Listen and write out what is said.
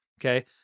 Okay